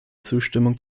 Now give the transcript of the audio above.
zustimmung